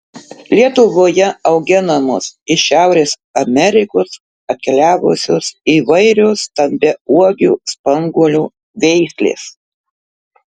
lietuvoje auginamos iš šiaurės amerikos atkeliavusios įvairios stambiauogių spanguolių veislės